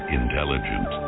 intelligent